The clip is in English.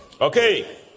Okay